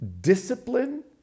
discipline